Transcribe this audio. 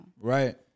Right